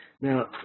Now